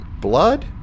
blood